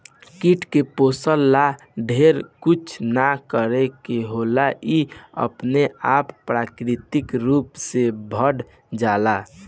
कीट के पोसे ला ढेरे कुछ ना करे के होला इ अपने आप प्राकृतिक रूप से बढ़ जाला